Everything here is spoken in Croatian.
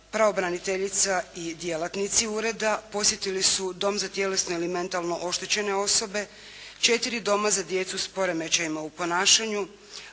pravobraniteljica i djelatnici ureda posjetili su Dom za tjelesno ili mentalno oštećene osobe, četiri doma za djecu s poremećajima u ponašanju,